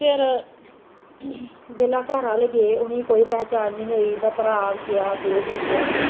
फिर जिसलै घरा आहले गे उ'नेंगी कोई पहचान नेईं होई उं'दा भ्राऽ बी गेआ प्यो बी गेआ